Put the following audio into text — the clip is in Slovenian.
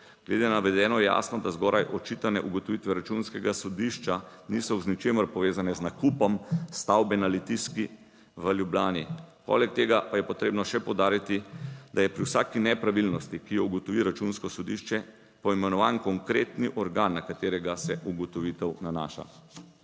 Glede na navedeno je jasno, da zgoraj očitane ugotovitve Računskega sodišča niso v ničemer povezane z nakupom stavbe na Litijski v Ljubljani. Poleg tega pa je potrebno še poudariti, da je pri vsaki nepravilnosti, ki jo ugotovi Računsko sodišče, poimenovan konkretni organ, na katerega se ugotovitev nanaša.